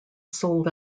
sold